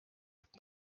mit